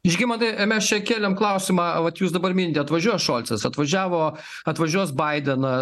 žygimantai mes čia kėlėm klausimą vat jūs dabar mintį atvažiuos šolcas atvažiavo atvažiuos baidenas